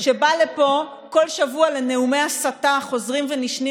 שבא לפה כל שבוע לנאומי הסתה החוזרים ונשנים